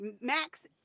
Max